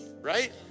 right